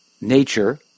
nature